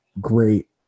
great